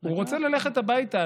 הוא רוצה ללכת הביתה.